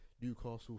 Newcastle